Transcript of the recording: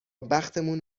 بختمون